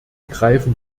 greifen